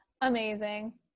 Amazing